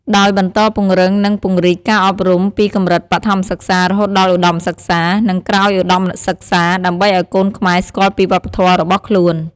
ដោយបន្តពង្រឹង និងពង្រីកការអប់រំពីកម្រិតបឋមសិក្សា រហូតដល់ឧត្តមសិក្សា និងក្រោយឧត្តមសិក្សា ដើម្បីឲ្យកូនខ្មែរស្គាល់ពីវប្បធម៌របស់ខ្លួន។